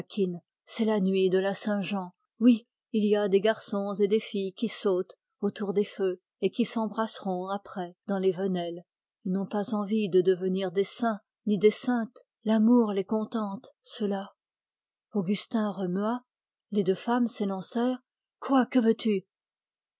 c'est la nuit de la saint-jean il y a des garçons et des filles qui sautent autour des feux et qui s'embrasseront après dans les venelles ils n'ont pas envie de devenir des saints ni des saintes l'amour les contente ceux-là augustin remua les deux femmes s'élancèrent quoi que veux-tu